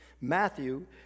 Matthew